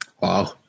Wow